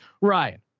Ryan